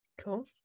Cool